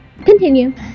Continue